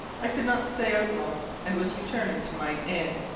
i could not stay out long, and was returning to mine inn,